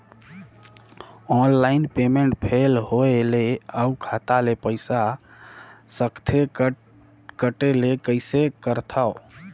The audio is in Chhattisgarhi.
ऑनलाइन पेमेंट फेल होय ले अउ खाता ले पईसा सकथे कटे ले कइसे करथव?